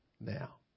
now